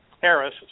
Harris